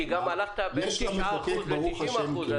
גם הלכת בין 9% ל-90%.